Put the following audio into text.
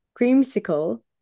creamsicle